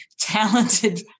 talented